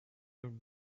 own